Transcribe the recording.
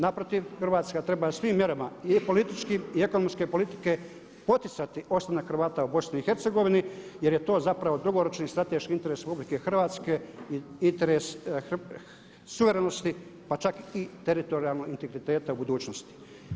Naprotiv, Hrvatska treba svim mjerama i političkim i ekonomske politike poticati ostanak Hrvata u BiH jer je to zapravo dugoročni strateški interes RH, interes suverenosti, pa čak i teritorijalnog integriteta u budućnosti.